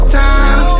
time